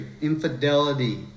infidelity